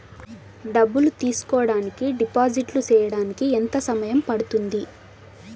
డబ్బులు తీసుకోడానికి డిపాజిట్లు సేయడానికి ఎంత సమయం పడ్తుంది